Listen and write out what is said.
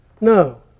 No